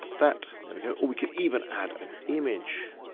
that, there we go or we can even add an image.